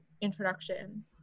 introduction